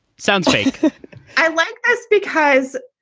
sounds fake i like us because.